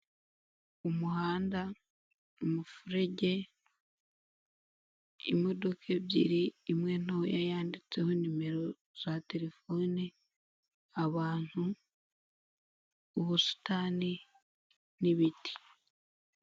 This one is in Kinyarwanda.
Umuhanda, umufurege, imodoka ebyiri, imwe ntoya yanditseho nimero za telefone, abantu, ubusitani, n'ibiti.